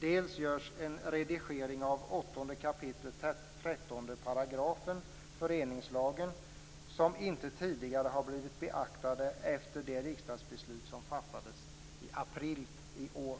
Dels görs en redigering av 8 kap. 13 § föreningslagen, som inte tidigare har blivit beaktat efter det riksdagsbeslut som fattades i april i år.